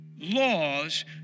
laws